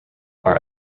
are